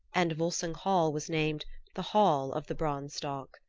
and volsung hall was named the hall of the branstock.